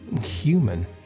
human